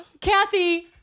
Kathy